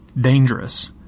Dangerous